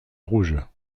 rouge